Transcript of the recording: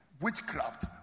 witchcraft